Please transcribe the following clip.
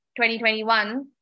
2021